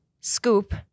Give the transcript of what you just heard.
scoop